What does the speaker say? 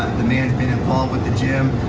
the man's been involved with the gym,